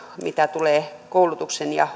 mitä tulee koulutukseen ja